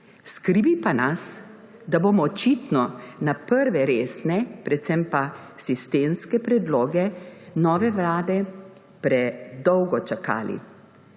Skrbi pa nas, da bomo očitno na prve resne, predvsem pa sistemske predloge nove vlade predolgo čakali.